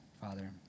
Father